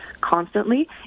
constantly